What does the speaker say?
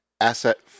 Asset